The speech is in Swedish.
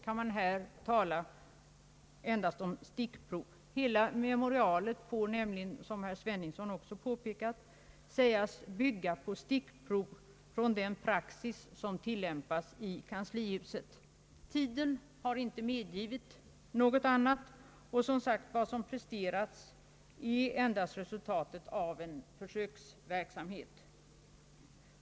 Man kan här ändå endast tala om stickprov. Hela memorialet får, som herr Sveningsson också påpekat, sägas bygga på stickprov från den praxis som tillämpas i kanslihuset. Tiden har inte medgivit något annat. Vad som presterats är som sagt endast resultatet av en försöksverksamhet.